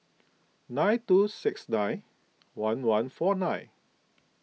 nine two six nine one one four nine